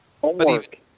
Homework